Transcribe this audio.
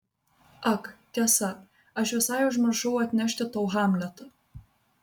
ak tiesa aš visai užmiršau atnešti tau hamletą